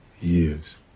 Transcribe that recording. years